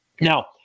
now